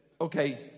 okay